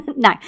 No